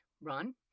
run